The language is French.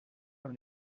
dans